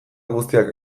guztiak